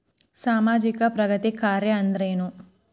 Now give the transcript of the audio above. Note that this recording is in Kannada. ಸಾಮಾಜಿಕ ಪ್ರಗತಿ ಕಾರ್ಯಾ ಅಂದ್ರೇನು?